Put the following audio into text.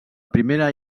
primera